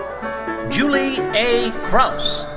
julie a. krauss.